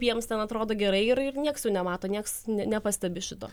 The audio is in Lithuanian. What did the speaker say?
jiems ten atrodo gerai ir ir nieks jų nemato nieks nepastebi šito